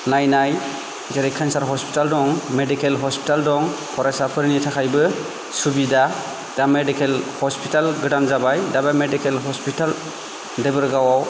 नायनाय जेरै केनसार हसपिटाल दं मेडिकेल हसपिटाल दं फरायसा फोरनि थाखायबो सुबिदा दा मेडिकेल हसपिटाल गोदान जाबाय दा बे मेडिकेल हसपिटाल देबोरगाव आव